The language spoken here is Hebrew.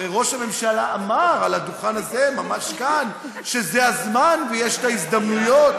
הרי ראש הממשלה אמר על הדוכן הזה ממש כאן שזה הזמן ויש הזדמנויות.